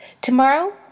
Tomorrow